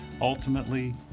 Ultimately